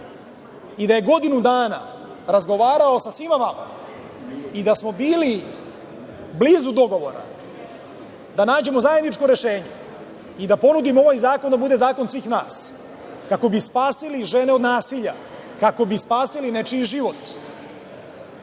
i da je godinu dana razgovarao sa svima vama i da smo bili blizu dogovora da nađemo zajedničko rešenje i da ponudimo ovaj zakon da bude zakon svih nas kako bi spasili žene od nasilja, kako bi spasili nečiji život.U